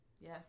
Yes